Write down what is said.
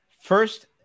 first